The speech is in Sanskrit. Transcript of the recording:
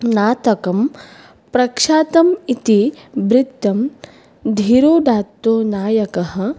नाटकं प्रख्यातम् इति वृत्तं धीरोदात्तो नायकः